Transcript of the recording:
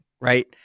right